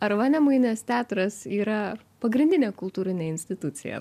ar vanemuinės teatras yra pagrindinė kultūrinė institucija